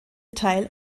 teil